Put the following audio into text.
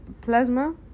plasma